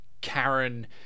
Karen